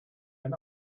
ein